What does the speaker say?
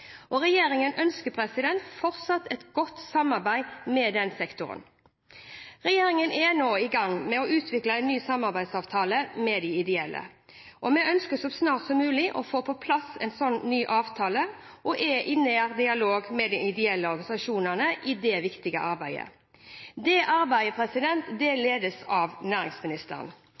og regjeringen ønsker fortsatt et godt samarbeid med denne sektoren. Regjeringen er nå i gang med å utvikle en ny samarbeidsavtale med de ideelle. Vi ønsker så snart som mulig å få på plass en ny avtale og en nær dialog med de ideelle organisasjonene i dette viktige arbeidet. Dette arbeidet ledes av næringsministeren,